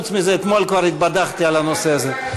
חוץ מזה, אתמול כבר התבדחתי על הנושא הזה.